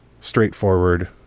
straightforward